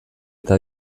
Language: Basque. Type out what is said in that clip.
eta